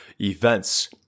events